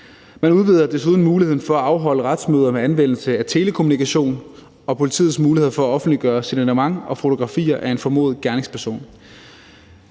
Man udvider desuden muligheden for at afholde retsmøder med anvendelse af telekommunikation, og man udvider politiets muligheder for at offentliggøre signalement og fotografier af en formodet gerningsperson.